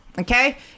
Okay